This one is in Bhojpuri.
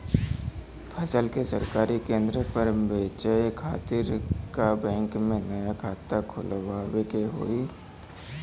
फसल के सरकारी केंद्र पर बेचय खातिर का बैंक में नया खाता खोलवावे के होई?